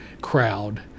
crowd